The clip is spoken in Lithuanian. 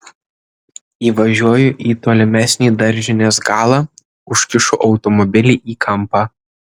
įvažiuoju į tolimesnį daržinės galą užkišu automobilį į kampą